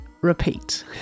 Repeat